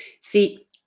See